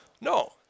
No